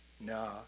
No